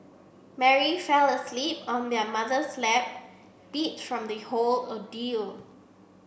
Mary fell asleep on their mother's lap beat from the whole ordeal